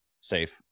safe